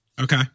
Okay